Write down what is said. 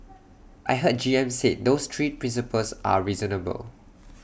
I heard G M said those three principles are reasonable